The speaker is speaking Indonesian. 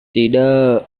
tidak